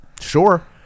Sure